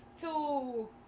Two